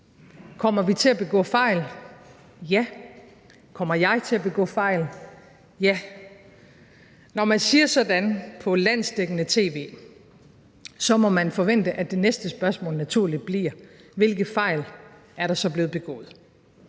Kommer vi til at begå fejl? Ja. Kommer jeg til at begå fejl? Ja. Når man siger sådan på landsdækkende tv, må man forvente, at det næste spørgsmål naturligt bliver, hvilke fejl der så er blevet begået.